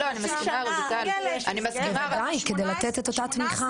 בוודאי, כדי לתת את אותה תמיכה.